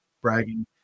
bragging